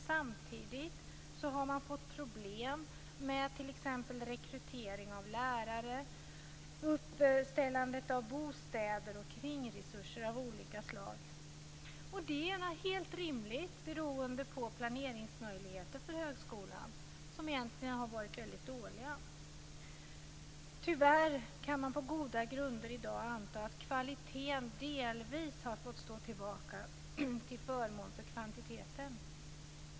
Samtidigt har man fått problem med t.ex. rekrytering av lärare, uppbyggnad av bostäder och kringresurser av olika slag. Det har inte getts rimliga planeringsmöjligheter för högskolan. De har egentligen varit väldigt dåliga. Tyvärr kan man på goda grunder i dag anta att kvaliteten delvis har fått stå tillbaka till förmån för kvantiteten.